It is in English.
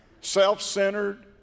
self-centered